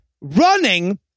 running